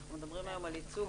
אנחנו מדברים היום על ייצוג